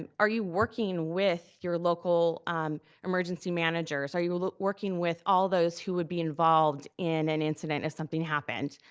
and are you working with your local emergency managers? are you working with all those who would be involved in an incident if something happened?